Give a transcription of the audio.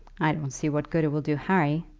i don't see what good it will do harry.